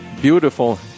Beautiful